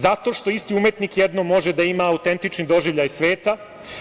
Zato što isti umetnik jednom može da ima autentični doživljaj sveta,